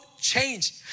change